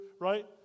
right